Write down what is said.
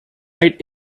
right